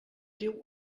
diu